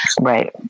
Right